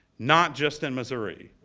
not just in missouri.